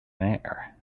there